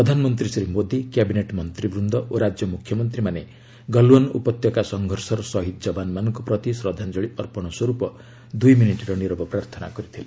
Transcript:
ପ୍ରଧାନମନ୍ତ୍ରୀ ଶ୍ରୀ ମୋଦି କ୍ୟାବିନେଟ୍ ମନ୍ତ୍ରୀବୃନ୍ଦ ଓ ରାଜ୍ୟ ମୁଖ୍ୟମନ୍ତ୍ରୀମାନେ ଗଲଓ୍ପାନ ଉପତ୍ୟକା ସଂଘର୍ଷର ସହିଦ କବାନମାନଙ୍କ ପ୍ରତି ଶ୍ରଦ୍ଧାଞ୍ଜଳି ଅର୍ପଣ ସ୍ୱରୂପ ଦୁଇମିନିଟ୍ର ନୀରବ ପ୍ରାର୍ଥନା କରିଥିଲେ